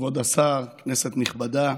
כבוד השר, כנסת נכבדה,